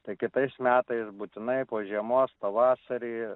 tai kitais metais būtinai po žiemos pavasarį